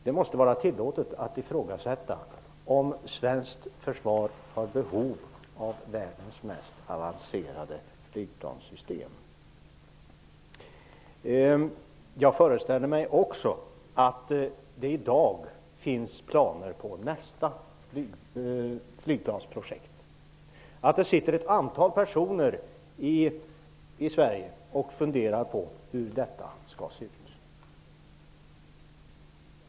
Det måste vara tillåtet att ifrågasätta om svenskt försvar har behov av världens mest avancerade flygplanssystem. Jag föreställer mig att man i dag också har planer på nästa flygplansprojekt och att det sitter ett antal personer i Sverige och funderar på hur detta skall se ut.